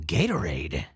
Gatorade